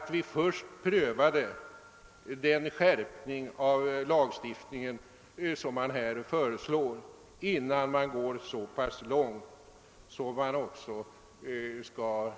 Men det är väl rimligt att vi prövar den skärpning av lagstiftningen som föreslås, innan vi går så pass långt som till att förklara